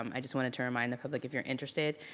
um i just wanted to remind the public, if you're interested,